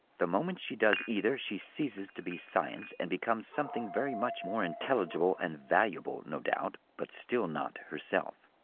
the moment she does either she ceases to be science and becomes something very much more intelligible and valuable, no doubt, but still not herself.